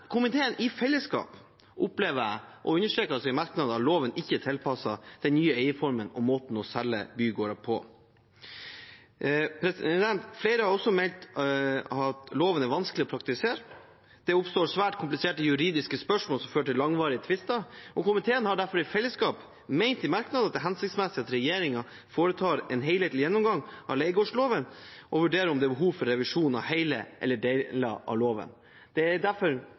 Komiteen i fellesskap opplever, og understreker også i merknader, at loven ikke er tilpasset den nye eieformen og måten å selge bygårder på. Flere har også meldt at loven er vanskelig å praktisere. Det oppstår svært kompliserte juridiske spørsmål som fører til langvarige tvister. Hele komiteen mener derfor i merknadene at det er hensiktsmessig at regjeringen foretar en helhetlig gjennomgang av leiegårdsloven og vurderer om det er behov for revisjon av hele eller deler av loven. Det er derfor